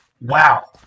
Wow